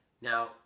Now